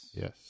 Yes